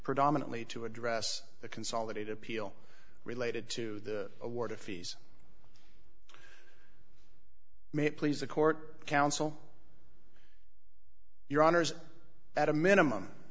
predominantly to address the consolidate appeal related to the award of fees may please the court counsel your honour's at a minimum